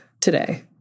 today